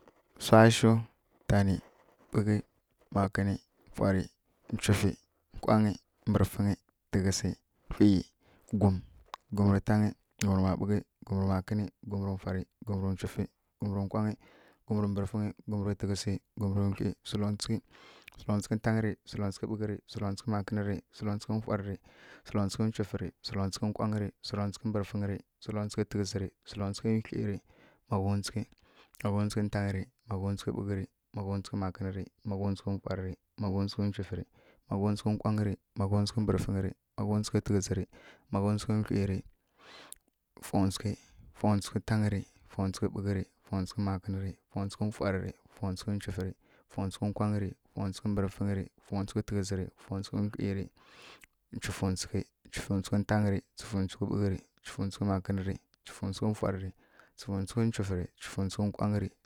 Wsashu tani ɓughi makǝni mfwari nchwufi nkwangyi bǝrfǝngyi tǝghǝsi wkli gwum gwumn rǝ tan gwumrǝ ma ɓughǝ gwumrǝ makǝni gwumrǝ mfwari gwumrǝ nchwufi gwumrǝ nkwangyi gwumrǝ mbǝrfǝngyi gwumrǝ tǝghǝsi gwumrǝ wkli sǝlontwsughi sǝlontswughi tanri sǝlontswughi ɓughǝri sǝlontswughi makǝnri sǝlontswughi mfwaɗǝri sǝlontswughi nchwufǝri sǝlontswughi nkwangyri sǝlontswughi mbǝrǝfǝngyri sǝlontswughi tǝghǝsǝri sǝlontswughi wkli maguntsaghi, maguntsaghi tanri maguntsaghi ɓughǝri maguntsaghi makǝnǝri maguntsaghi mfwarri maguntsaghi nchwufǝri maguntsaghi nkwangyǝri maguntsaghi mbǝrǝfǝngyri maguntsaghi tǝghǝsǝri maguntsaghi wkliri mfwountsghǝ mfwountsǝghǝ tanǝri mfwountsǝghǝ ɓughǝri mfwountsǝghǝ makǝnǝri mfwountsǝghǝ mfwarri mfwountsǝghǝ nchwufǝri mfwountsǝghǝ nkwangyǝri mfwountsǝghǝ bǝrǝfǝngyri mfwountsǝghǝ tǝghǝsǝri mfwountsǝghǝ wkliri nchwufǝwtsǝghi nchwufǝwtsǝghi tanri nchwufǝwtsǝghi ɓughǝri nchwufǝwtsǝghi makǝnǝri nchwufǝwtsǝghi mfwarri nchwufǝwtsǝghi nchwufǝri nchwufǝwtsǝghi nkwangyǝri